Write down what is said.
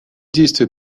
действия